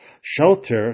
shelter